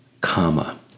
comma